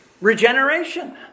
regeneration